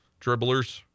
Dribblers